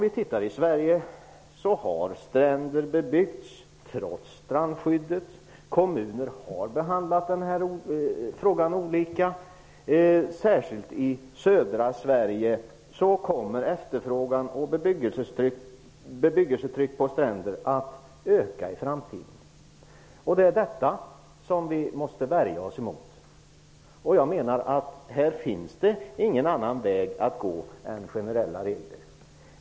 I Sverige har stränder bebyggts trots strandskyddet. Kommuner har behandlat den här frågan olika. Särskilt i södra Sverige kommer efterfrågan och bebyggelsetryck på stränder att öka i framtiden. Det är detta som vi måste värja oss emot. Här finns det ingen annan väg att gå än generella regler.